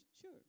Sure